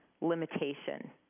limitation